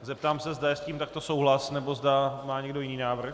Zeptám se, zda je s tím takto souhlas, nebo zda má někdo jiný návrh.